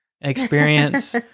experience